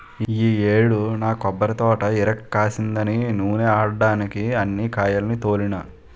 ఈ యేడు నా కొబ్బరితోట ఇరక్కాసిందని నూనే ఆడడ్డానికే అన్ని కాయాల్ని తోలినా